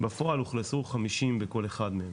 כשבפועל אוכלסו 50 בכל אחד מהם,